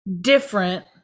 different